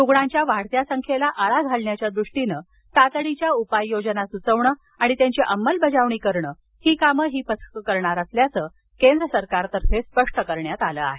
रुग्णांच्या वाढत्या संख्येला आळा घालण्याच्या दृष्टीनं तातडीच्या उपाययोजना सुचविणं आणि त्यांची अंमलबजावणी करणं ही कामं ही पथकं करणार असल्याचं केंद्र सरकारतर्फे स्पष्ट करण्यात आलं आहे